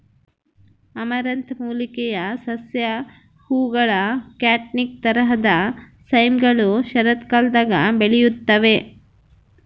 amaranth ಮೂಲಿಕೆಯ ಸಸ್ಯ ಹೂವುಗಳ ಕ್ಯಾಟ್ಕಿನ್ ತರಹದ ಸೈಮ್ಗಳು ಶರತ್ಕಾಲದಾಗ ಬೆಳೆಯುತ್ತವೆ